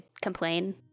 complain